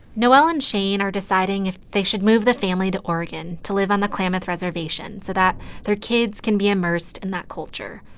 noelle and shane are deciding if they should move the family to oregon to live on the klamath reservation so that their kids can be immersed in that culture,